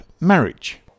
marriage